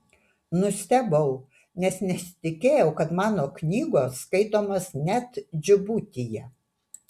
nustebau nes nesitikėjau kad mano knygos skaitomos net džibutyje